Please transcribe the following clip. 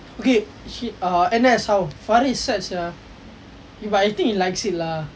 okay N_S how faris sad sia eh but I think he likes it lah